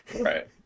right